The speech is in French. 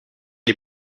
est